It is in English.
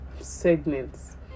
segments